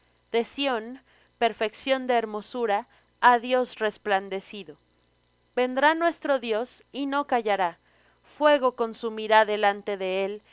sión perfección de hermosura ha dios resplandecido vendrá nuestro dios y no callará fuego consumirá delante de él